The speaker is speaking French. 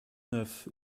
neuf